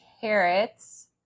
carrots